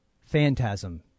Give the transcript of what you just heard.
Phantasm